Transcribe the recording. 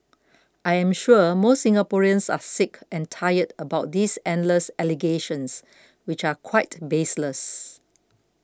I am sure most Singaporeans are sick and tired about these endless allegations which are quite baseless